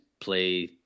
play